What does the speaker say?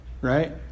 right